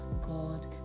god